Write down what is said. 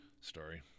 story